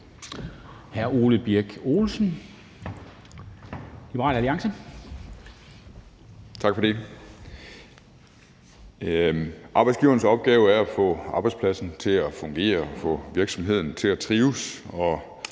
Ole Birk Olesen (LA): Tak for det. Arbejdsgiverens opgave er at få arbejdspladsen til at fungere og få virksomheden til at trives.